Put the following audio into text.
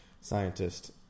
scientist